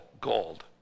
gold